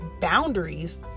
boundaries